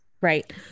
right